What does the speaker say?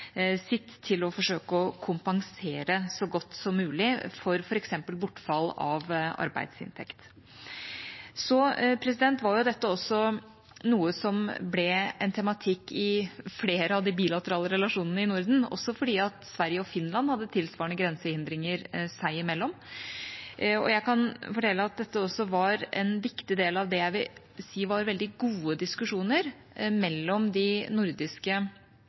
sitt for å forsøke å kompensere så godt som mulig for f.eks. bortfall av arbeidsinntekt. Dette var også noe som ble en tematikk i flere av de bilaterale relasjonene i Norden, også fordi Sverige og Finland hadde tilsvarende grensehindringer seg imellom, og jeg kan fortelle at dette også var en viktig del av det jeg vil si var veldig gode diskusjoner mellom de nordiske